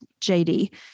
JD